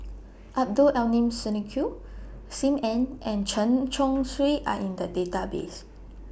Abdul Aleem Siddique SIM Ann and Chen Chong Swee Are in The Database